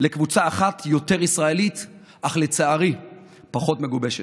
לקבוצה אחת, יותר ישראלית אך לצערי פחות מגובשת.